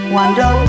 Wonder